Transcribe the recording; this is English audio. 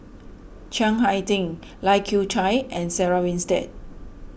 Chiang Hai Ding Lai Kew Chai and Sarah Winstedt